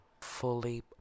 fully